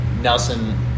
Nelson